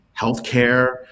healthcare